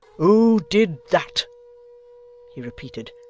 who did that he repeated.